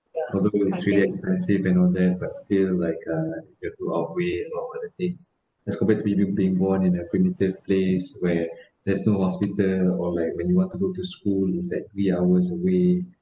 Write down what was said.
although is really expensive and all that but still like uh you have to outweigh all the things as compared to me be~ being born in a primitive place where there's no hospital or like when you want to go to school it's like three hours away